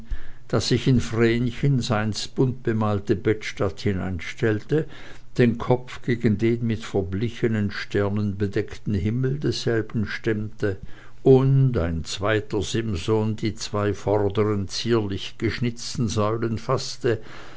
das sich in vrenchens einst buntbemalte bettstatt hineinstellte den kopf gegen den mit verblichenen sternen bedeckten himmel derselben stemmte und ein zweiter simson die zwei vorderen zierlich geschnitzten säulen faßte